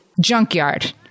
junkyard